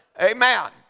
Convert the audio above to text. Amen